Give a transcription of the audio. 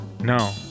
No